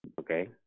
Okay